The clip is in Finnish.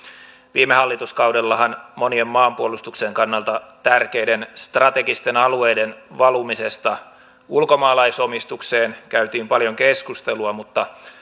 viime hallituskaudellahan monien maanpuolustuksen kannalta tärkeiden strategisten alueiden valumisesta ulkomaalaisomistukseen käytiin paljon keskustelua mutta